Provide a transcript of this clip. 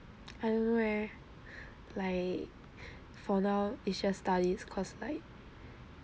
I don't know leh like for now is just studies cause like